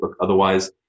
Otherwise